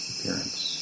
appearance